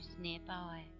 nearby